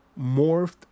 morphed